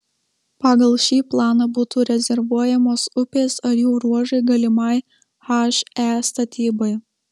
pagal šį planą būtų rezervuojamos upės ar jų ruožai galimai he statybai